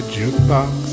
jukebox